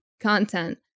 content